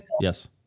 Yes